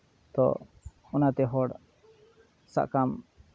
ᱛᱳ ᱚᱱᱟᱛᱮ ᱦᱚᱲ ᱥᱵ ᱠᱟᱜ ᱢᱮ